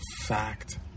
fact